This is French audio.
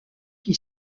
qui